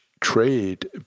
trade